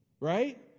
Right